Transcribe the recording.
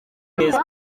neza